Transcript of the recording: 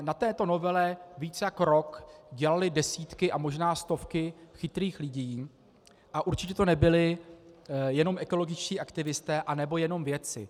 Na této novele víc jak rok dělaly desítky a možná stovky chytrých lidí a určitě to nebyli jenom ekologičtí aktivisté nebo jenom vědci.